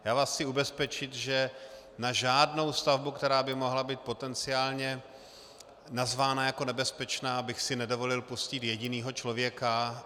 Já vás chci ubezpečit, že na žádnou stavbu, která by mohla být potenciálně nazvána jako nebezpečná, bych si nedovolil pustit jediného člověka.